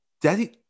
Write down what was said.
Daddy